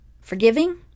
forgiving